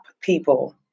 people